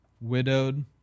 widowed